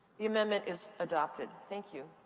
the amendment is adopted. thank you.